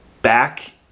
back